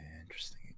interesting